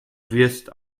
wirst